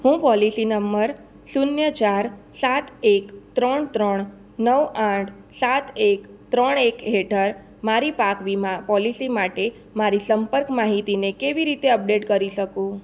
હું policy number શૂન્ય ચાર સાત એક ત્રણ ત્રણ નવ આઠ સાત એક ત્રણ એક હેઠળ મારી પાક વીમા પોલિસી માટે મારી સંપર્ક માહિતીને કેવી રીતે અપડેટ કરી શકું